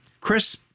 Chris